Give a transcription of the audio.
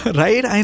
right